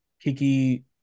Kiki